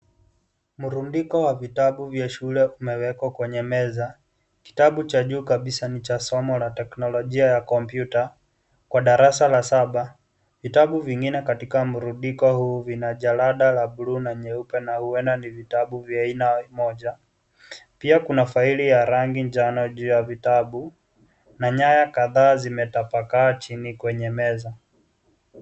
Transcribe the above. Murundiko wa vitabu vya shule umewekwa kwenye meza, kitabu cha juu kabisa ni la somo la teknolojia ya komputa kwa darasa la saba, vitabu vingine katika mrundiko huu lina jalada la buluu na nyeupe, na huenda ni vitabu vya aina moja, Pia kuna faili ya rangi njano juu ya vitabu na nyaya kadhaa zimetapakaa chini kwenye meza.